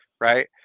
right